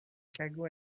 cago